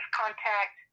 contact